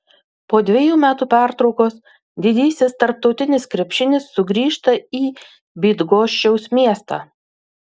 po dvejų metų pertraukos didysis tarptautinis krepšinis sugrįžta į bydgoščiaus miestą